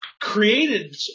created